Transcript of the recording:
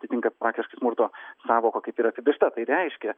atitinka praktiškai smurto sąvoką kaip ir apibrėžta tai reiškia